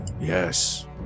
Yes